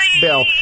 Bill